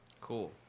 Cool